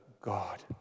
God